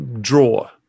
draw